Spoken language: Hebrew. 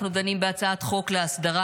אנחנו דנים בהצעת חוק להסדרת